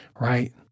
right